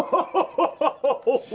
oh,